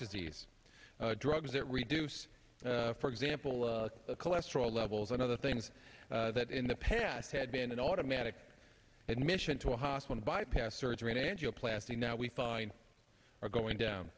disease drugs that reduce for example the cholesterol levels and other things that in the past had been an automatic admission to a hospital bypass surgery and angioplasty now we find are going